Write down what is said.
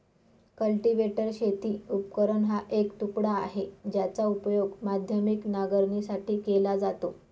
cultivator शेती उपकरण हा एक तुकडा आहे, ज्याचा उपयोग माध्यमिक नांगरणीसाठी केला जातो